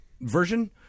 version